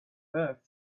earth